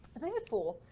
therefore,